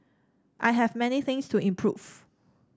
I have many things to improve